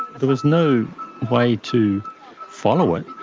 there was no way to follow it,